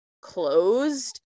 closed